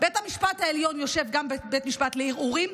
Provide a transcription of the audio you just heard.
שבית משפט העליון יושב גם כבית משפט לערעורים,